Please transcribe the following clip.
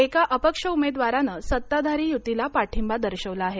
एका अपक्ष उमेदवारानं सत्ताधारी युतीला पाठिंबा दर्शवला आहे